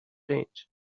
change